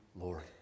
Lord